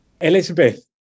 Elizabeth